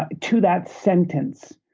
to that sentence.